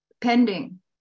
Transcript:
pending